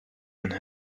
and